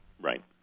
Right